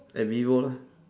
at vivo lah